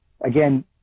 again